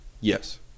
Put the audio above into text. Yes